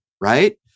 right